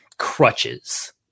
crutches